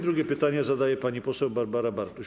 Drugie pytanie zadaje pani poseł Barbara Bartuś.